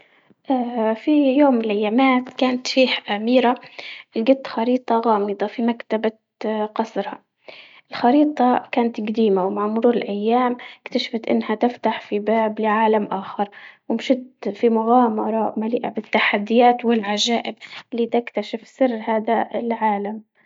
اه في يوم من الأيامات كانت فيه أميرة لقيت خريطة غامضة في مكتبة اه قصرها، الخريطة كانت قديمة ومع مرور الأيام اكتشفت انها تفتح في باب لعالم آخر.، ومشيت في مغامرة مليئة بالتحديات والعجائب اللي سر هذا العالم.